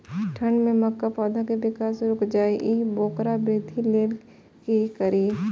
ठंढ में मक्का पौधा के विकास रूक जाय इ वोकर वृद्धि लेल कि करी?